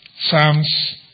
Psalms